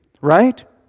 Right